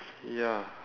ya